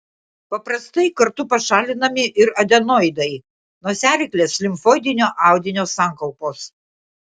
paprastai kartu pašalinami ir adenoidai nosiaryklės limfoidinio audinio sankaupos